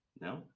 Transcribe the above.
No